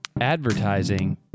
Advertising